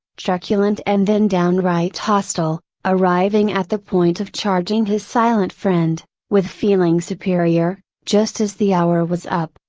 truculent and then downright hostile, arriving at the point of charging his silent friend, with feeling superior, just as the hour was up,